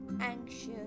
anxious